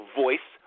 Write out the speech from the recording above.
voice